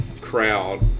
crowd